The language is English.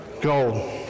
gold